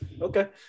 okay